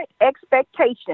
expectation